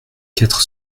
quatre